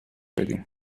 بدیم